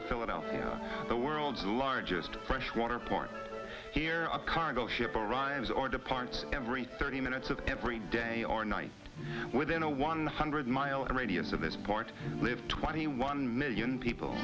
of philadelphia the world's largest freshwater port here a cargo ship arrives or departs every thirty minutes of every day or night within a one hundred mile radius of this part live twenty one million people